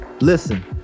Listen